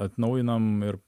atnaujinam ir